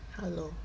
hello